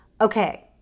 Okay